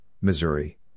Missouri